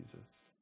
Jesus